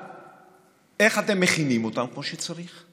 איך אתם מכינים אותם כמו שצריך,